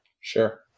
Sure